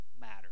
matter